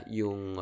yung